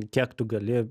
kiek tu gali